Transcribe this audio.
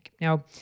Now